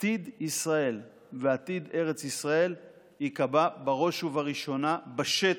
עתיד ישראל ועתיד ארץ ישראל ייקבע בראש ובראשונה בשטח.